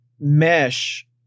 mesh